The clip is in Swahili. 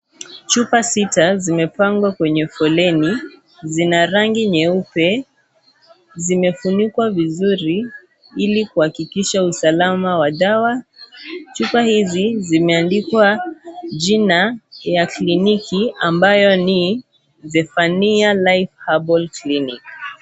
Chupa sita zimepangwa kwenye foleni zina rangi nyeupe zimefunikwa vizuri ili kuhakikisha usalama wa dawa, chupa hizi zimeandikwa jina ya kliniki ambayo ni Zephaniah Life Herbal clinic.